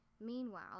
Meanwhile